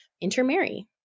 intermarry